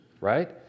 right